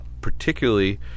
particularly